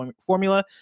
formula